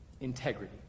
Integrity